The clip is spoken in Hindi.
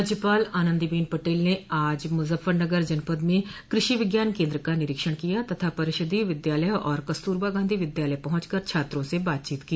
राज्यपाल आनन्दीबेन पटेल ने आज मुजफ्फरनगर जनपद में कृषि विज्ञान केन्द्र का निरीक्षण किया तथा परिषदीय विद्यालय और कस्तूरबा गांधी विद्यालय पहुंच कर छात्रों से बातचीत की